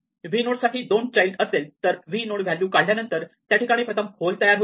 v node साठी दोन child असेल तर v नोड व्हॅल्यू काढल्यानंतर त्या ठिकाणी प्रथम होल तयार होईल